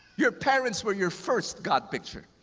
your parents were your first god picture.